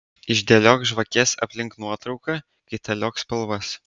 išdėliok žvakes aplink nuotrauką kaitaliok spalvas